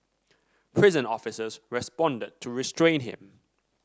prison officers responded to restrain him